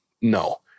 No